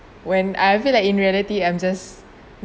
when I feel like in reality I'm just